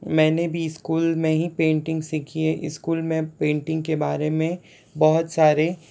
मैं भी स्कूल में ही पेंटिंग सीखी है स्कूल में पेंटिंग के बारे में बहुत सारे